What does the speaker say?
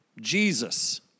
Jesus